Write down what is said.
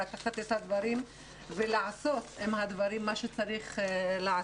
לקחת את הדברים ולעשות עם הדברים מה שצריך לעשות.